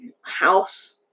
House